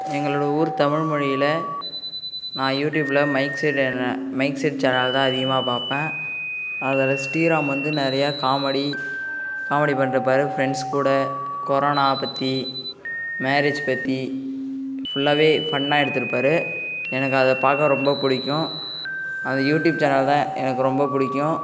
எங்களோடய ஊர் தமிழ்மொழியில் நான் யூடியூப்பில் மைக்செட் என்ற மைக்செட் சேனல் தான் அதிகமாக பார்ப்பேன் அதில் ஸ்ரீராம் வந்து நிறையா காமெடி காமெடி பண்ணிட்ருப்பாரு ஃப்ரெண்ட்ஸ் கூட கொரோனா பற்றி மேரேஜ் பற்றி ஃபுல்லாவே ஃபன்னா எடுத்துருப்பாரு எனக்கு அதை பார்க்க ரொம்ப பிடிக்கும் அந்த யூடியூப் சேனல் தான் எனக்கு ரொம்ப பிடிக்கும்